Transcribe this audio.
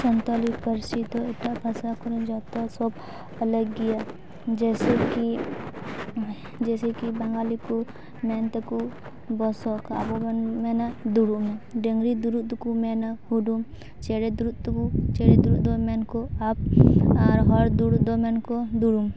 ᱥᱟᱱᱛᱟᱲᱤ ᱯᱟᱹᱨᱥᱤ ᱫᱚ ᱮᱴᱟᱜ ᱵᱷᱟᱥᱟ ᱠᱚᱨᱮ ᱡᱚᱛᱚ ᱥᱚᱵ ᱵᱷᱟᱞᱮ ᱜᱮᱭᱟ ᱡᱮᱥᱮ ᱠᱤ ᱡᱮᱥᱮ ᱠᱤ ᱵᱟᱝᱜᱟᱞᱤ ᱠᱚ ᱢᱮᱱᱛᱮᱠᱩ ᱵᱚᱥᱚ ᱟᱠᱟᱜᱼᱟ ᱟᱵᱚ ᱵᱚᱱ ᱢᱮᱱᱟ ᱫᱩᱲᱩᱵ ᱢᱮ ᱰᱟᱝᱨᱤ ᱫᱩᱲᱩᱵ ᱫᱚᱠᱚ ᱢᱮᱱᱟ ᱦᱩᱰᱩᱝ ᱪᱮᱬᱮ ᱫᱩᱲᱩᱵ ᱫᱚᱵᱚ ᱪᱮᱬᱮ ᱫᱩᱲᱩᱵ ᱫᱚ ᱢᱮᱱᱟᱠᱚ ᱟᱵ ᱟᱨ ᱦᱚᱲ ᱫᱩᱲᱩᱵ ᱫᱚ ᱢᱮᱱᱟᱠᱚ ᱫᱩᱲᱩᱵ